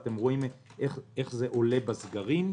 ואתם רואים איך זה עולה בסגרים,